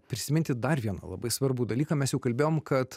prisiminti dar vieną labai svarbų dalyką mes jau kalbėjom kad